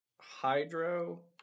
hydro